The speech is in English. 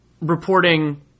reporting